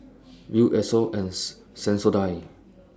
Viu Esso and Sensodyne